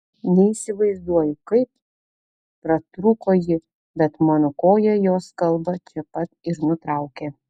neįsivaizduoju kaip pratrūko ji bet mano koja jos kalbą čia pat ir nutraukė